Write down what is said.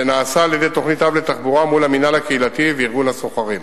שנעשה על-ידי תוכנית-אב לתחבורה מול המינהל הקהילתי וארגון הסוחרים.